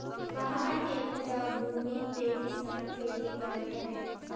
पहाड़ के उपजाऊ भूमि पे किसान खेती करत हवे